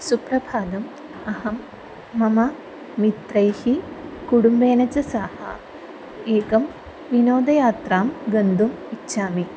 सुप्रभातम् अहं मम मित्रैः कुटुम्बेन च सह एकं विनोदयात्रां गन्तुम् इच्छामि